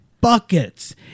buckets